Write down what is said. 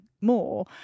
more